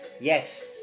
yes